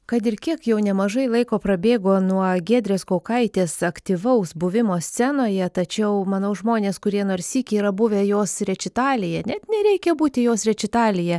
kad ir kiek jau nemažai laiko prabėgo nuo giedrės kaukaitės aktyvaus buvimo scenoje tačiau manau žmonės kurie nors sykį yra buvę jos rečitalyje net nereikia būti jos rečitalyje